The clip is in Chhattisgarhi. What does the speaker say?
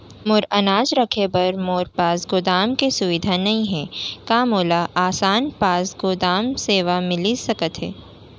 मोर अनाज रखे बर मोर पास गोदाम के सुविधा नई हे का मोला आसान पास गोदाम सेवा मिलिस सकथे?